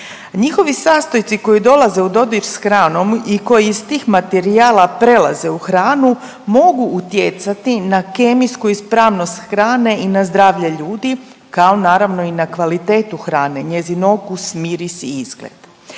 Njihovi sastojci koji dolaze u dodir s hranom i koji ih tih materijala prelaze u hranu, mogu utjecati na kemijsku ispravnost hrane i na zdravlje ljudi kao naravno i na kvalitetu hrane, njezin okus, miris i izgled.